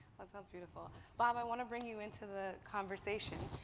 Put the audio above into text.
that sounds beautiful. bob, i want to bring you into the conversation.